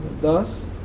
thus